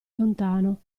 lontano